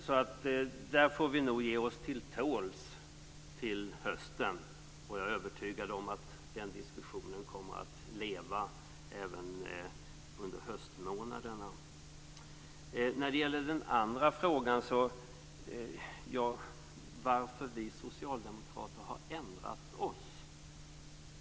Så där får vi nog ge oss till tåls till hösten, och jag är övertygad om att den diskussionen kommer att leva även under höstmånaderna. Så går jag över till den andra frågan, varför vi socialdemokrater har ändrat oss.